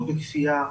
לא בכפיה,